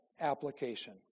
application